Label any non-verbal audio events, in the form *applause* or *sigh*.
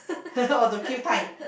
*laughs* or to kill time